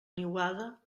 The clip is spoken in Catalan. niuada